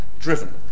Driven